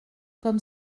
comme